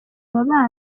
bana